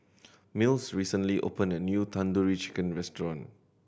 Mills recently opened a new Tandoori Chicken Restaurant